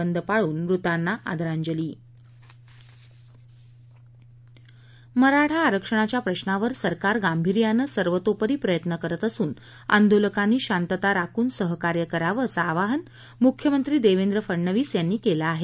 बंद पाळून मृतांना आदरांजली मराठा आरक्षणाच्या प्रश्नावर सरकार गांभीर्यानं सर्वतोपरी प्रयत्न करत असून आंदोलकांनी शांतता राखून सहकार्य करावं असं आवाहन मुख्यमंत्री देवेंद्र फडनवीस यांनी केलं आहे